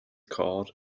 called